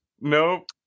nope